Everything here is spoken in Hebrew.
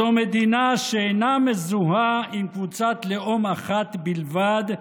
זו מדינה שאינה מזוהה עם קבוצת לאום אחת בלבד,